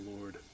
Lord